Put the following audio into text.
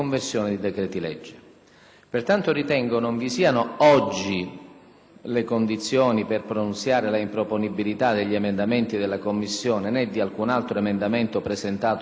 Pertanto ritengo non vi siano oggi le condizioni per pronunciare la improponibilità degli emendamenti della Commissione né di alcun altro emendamento presentato al provvedimento in esame.